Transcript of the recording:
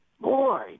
Boy